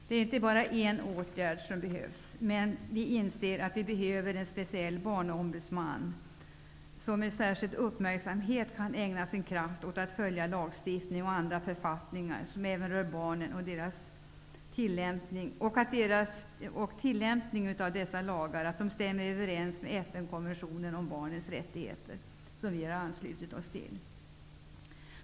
Det är inte bara en åtgärd som måste vidtas, men vi anser att det behövs en speciell Barnombudsman som med särskild uppmärksamhet kan ägna sin kraft åt att följa lagstiftning och andra författningar som även rör barnen och att tillämpningen av dessa stämmer överens med FN-konventionen om barnets rättigheter, som vi har anslutit oss till.